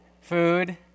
food